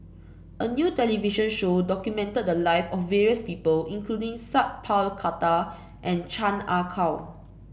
a new television show documented the lives of various people including Sat Pal Khattar and Chan Ah Kow